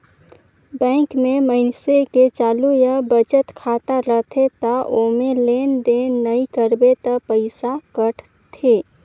bank में मइनसे के चालू या बचत खाता रथे त ओम्हे लेन देन नइ करबे त पइसा कटथे